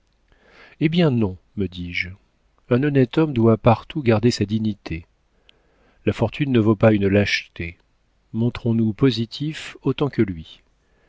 eh bien non me dis-je un honnête homme doit partout garder sa dignité la fortune ne vaut pas une lâcheté montrons nous positif autant que lui